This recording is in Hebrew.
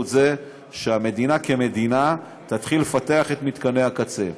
זה שהמדינה כמדינה תתחיל לפתח את מתקני הקצה.